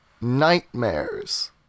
Nightmares